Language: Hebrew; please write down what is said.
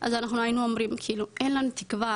אז אנחנו היינו אומרים אין לנו תקווה,